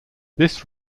this